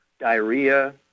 diarrhea